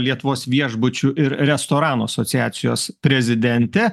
lietuvos viešbučių ir restoranų asociacijos prezidentė